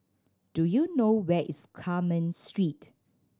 do you know where is Carmen Street